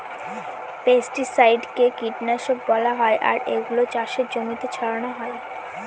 পেস্টিসাইডকে কীটনাশক বলা হয় আর এগুলা চাষের জমিতে ছড়ানো হয়